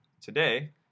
today